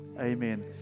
Amen